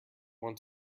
want